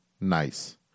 nice